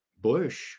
Bush